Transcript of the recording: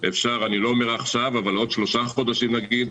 אפשר עוד שלושה חודשים נגיד,